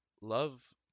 love